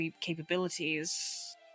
capabilities